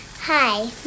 Hi